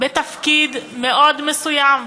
בתפקיד מאוד מסוים,